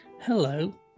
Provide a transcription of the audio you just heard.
Hello